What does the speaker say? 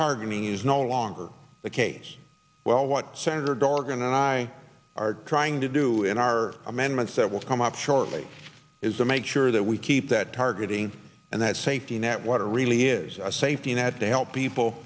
targeting is no longer the case well what senator dorgan and i are trying to do in our amendments that will come up shortly is a make sure that we keep that targeting and that safety net water really is a safety net to help people